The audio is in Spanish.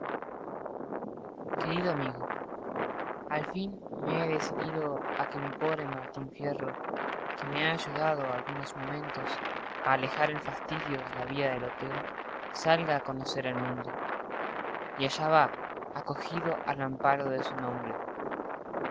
querido amigo al fin me he decidido a que mi pobre martín fierro que me ha ayudado algunos momentos a alejar al fastidio de la vida del hotel salga a conocer el mundo y allá va acogido al amparo de su nombre